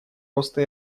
роста